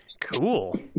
Cool